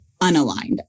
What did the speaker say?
unaligned